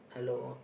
hello